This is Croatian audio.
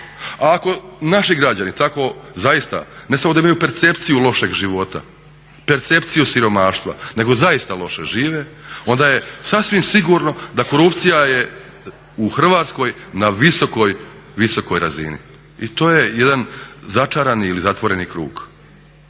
A ako naši građani tako zaista, ne samo da imaju percepciju lošeg života, percepciju siromaštva, nego zaista loše žive, onda je sasvim sigurno da korupcija je u Hrvatskoj na visokoj razini. I to je jedan začarani ili zatvoreni krug